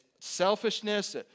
selfishness